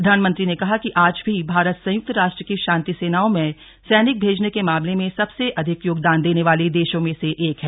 प्रधानमंत्री ने कहा कि आज भी भारत संयुक्त राष्ट्र की शांति सेनाओं में सैनिक भेजने के मामले में सबसे अधिक योगदान देने वाले देशों में से एक है